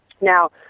Now